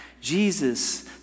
Jesus